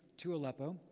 to aleppo.